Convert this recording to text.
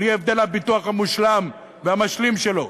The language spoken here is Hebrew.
בלי הבדל בשל הביטוח המושלם והמשלים שלו,